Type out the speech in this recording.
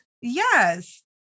Yes